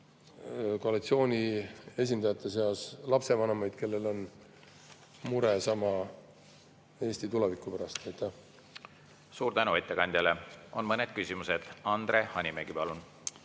koalitsiooni esindajate seas lapsevanemaid, kellel on sama mure Eesti tuleviku pärast. Aitäh! Suur tänu ettekandjale! On mõned küsimused. Andre Hanimägi, palun!